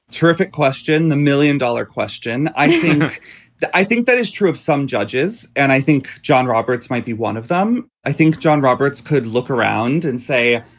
terrific question. the million dollar question. i think that i think that is true of some judges, and i think john roberts might be one of them. i think john roberts could look around and say,